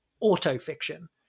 auto-fiction